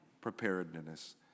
preparedness